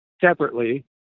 separately